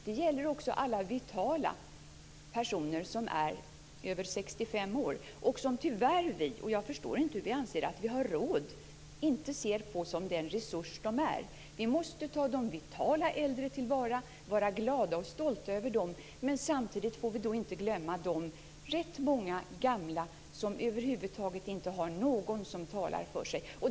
Det gäller också alla vitala personer som är över 65 år. Jag förstår inte hur vi anser att vi har råd att inte se dem som den resurs de är. Vi måste ta de vitala äldre till vara och vara glada och stolta över dem. Men vi får samtidigt inte glömma de ganska många gamla som över huvud taget inte har någon som talar för dem.